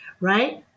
right